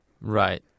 Right